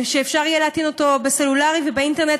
שאפשר יהיה להטעין אותו בסלולרי ובאינטרנט.